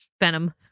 Venom